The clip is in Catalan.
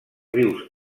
rius